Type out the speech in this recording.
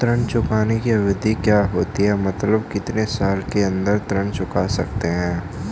ऋण चुकाने की अवधि क्या होती है मतलब कितने साल के अंदर ऋण चुका सकते हैं?